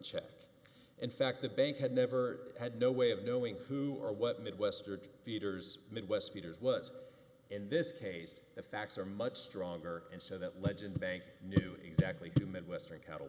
check in fact the bank had never had no way of knowing who or what midwestern feeder's midwest peters was in this case the facts are much stronger and so that legend bank knew exactly midwestern cattle